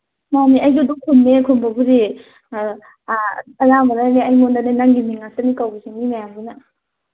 ꯃꯥꯅꯤ ꯑꯩꯁꯨ ꯑꯗꯨꯝ ꯈꯨꯝꯅꯤꯌꯦ ꯈꯨꯝꯕꯕꯨꯗꯤ ꯑꯌꯥꯝꯕꯅꯅꯦ ꯑꯩꯉꯣꯟꯗꯅꯦ ꯅꯪꯒꯤ ꯃꯤꯡ ꯉꯥꯛꯇꯅꯦ ꯀꯧꯔꯤꯁꯦ ꯃꯤ ꯃꯌꯥꯝꯗꯨꯅ